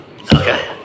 Okay